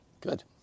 Good